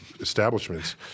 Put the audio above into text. establishments